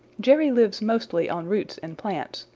jerry lives mostly on roots and plants,